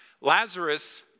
Lazarus